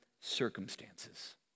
circumstances